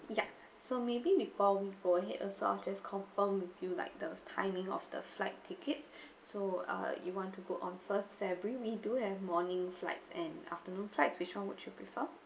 ya so maybe before go ahead I'll just confirm with you like the timing of the flight tickets so uh you want to go on first february we do have morning flights and afternoon flights which one would you prefer